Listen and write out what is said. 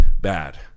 bad